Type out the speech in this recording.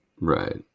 Right